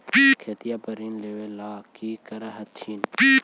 खेतिया पर ऋण लेबे ला की कर हखिन?